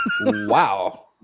Wow